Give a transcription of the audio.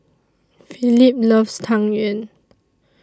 Phillip loves Tang Yuen